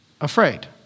afraid